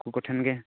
ᱩᱱᱠᱩ ᱠᱚᱴᱷᱮᱱᱜᱮ